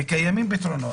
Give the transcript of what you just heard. וקיימים פתרונות,